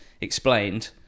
explained